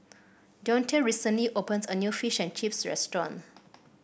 Deonte recently opened a new Fish and Chips restaurant